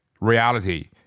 reality